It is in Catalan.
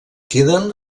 queden